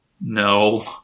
No